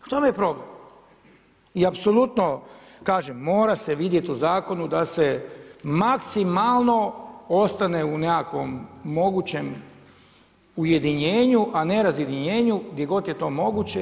U tome je problem i apsolutno kažem mora se vidjeti u zakonu da se maksimalno ostane u nekakvom mogućem ujedinjenju, a ne razjedinjenju gdje god je to moguće.